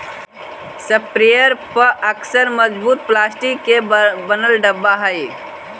sprayer पअक्सर मजबूत plastic के बनल डब्बा हई